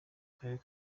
karere